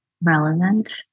relevant